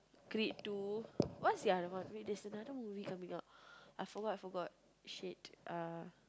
Creed-two what's the other one wait there's another movie coming out I forgot I forgot shit uh